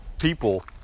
people